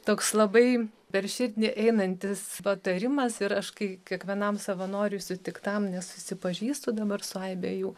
toks labai per širdį einantis patarimas ir aš kai kiekvienam savanoriui sutiktam nes susipažįstu dabar su aibe jų